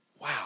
Wow